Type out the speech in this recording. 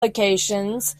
locations